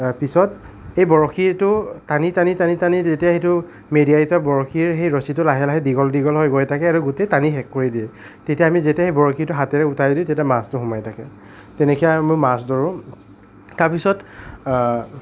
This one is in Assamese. পিছত এই বৰশীটো টানি টানি টানি টানি যেতিয়া সেইটো মেৰিয়াই থোৱা বৰশীৰ সেই ৰছিটো লাহে লাহে দীঘল দীঘল হৈ গৈ থাকে আৰু গোটেই টানি শেষ কৰি দিয়ে তেতিয়া আমি যেতিয়া সেই বৰশীটো হাতেৰে উঠাই দিওঁ তেতিয়া মাছটো সোমাই থাকে তেনেকৈ আমি মাছ ধৰোঁ তাৰপিছত